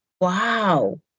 Wow